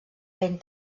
ben